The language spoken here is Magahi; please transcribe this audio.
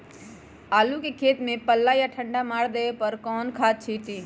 आलू के खेत में पल्ला या ठंडा मार देवे पर कौन खाद छींटी?